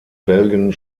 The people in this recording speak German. belgien